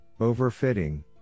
Overfitting